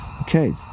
Okay